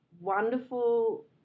wonderful